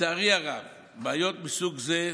לצערי הרב בעיות מסוג זה,